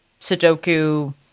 Sudoku